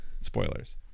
Spoilers